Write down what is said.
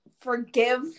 forgive